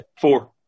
Four